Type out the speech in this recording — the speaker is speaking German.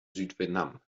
südvietnam